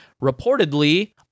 reportedly